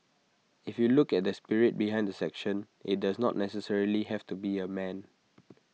if you look at the spirit behind the section IT does not necessarily have to be A man